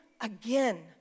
again